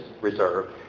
reserve